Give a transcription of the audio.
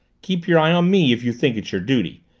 keep your eye on me, if you think it's your duty,